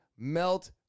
Melt